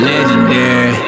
Legendary